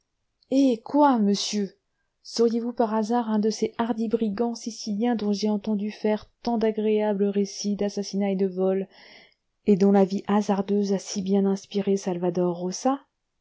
hé quoi monsieur seriez-vous par hasard un de ces hardis brigands siciliens dont j'ai entendu faire tant d'agréables récits d'assassinat et de vol et dont la vie hasardeuse a si bien inspiré salvator rosa